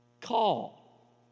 Call